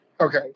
okay